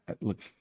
look